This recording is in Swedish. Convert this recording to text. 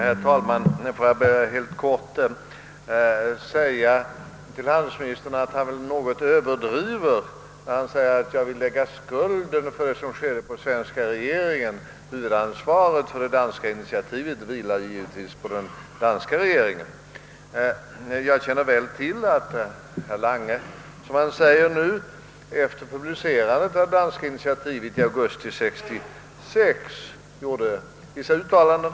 Herr talman! Får jag bara helt kort säga till handelsministern, att han väl överdriver något när han gör gällande att jag vill lägga skulden för vad som hänt på den svenska regeringen. Huvudansvaret för det danska initiativet vilar givetvis på den danska regeringen. Jag känner väl till att herr Lange efter publicerandet av det danska initiativet i augusti 1966 gjorde vissa uttalanden.